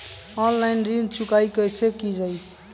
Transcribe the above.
Online ऋण चुकाई कईसे की ञाई?